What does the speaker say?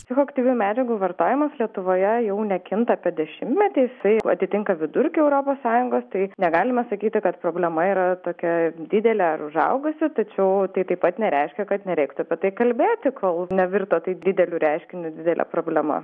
psichoaktyvių medžiagų vartojimas lietuvoje jau nekinta apie dešimtmetį jisai atitinka vidurkį europos sąjungos tai negalima sakyti kad problema yra tokia didelė ar užaugusi tačiau tai taip pat nereiškia kad nereiktų apie tai kalbėti kol nevirto tai dideliu reiškiniu didele problema